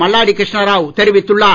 மல்லாடி கிருஷ்ணாராவ் தெரிவித்துள்ளார்